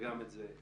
וגם את זה.